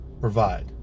provide